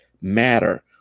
matter